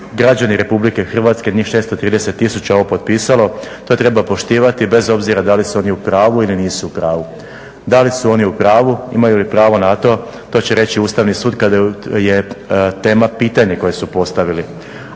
građani Republike Hrvatske, njih 630 tisuća ovo potpisalo to treba poštivati bez obzira da li su oni u pravu ili nisu u pravu, da li su oni u pravu, imaju li pravo na to, to će reći Ustavni sud kada je tema, pitanje koje su postavili.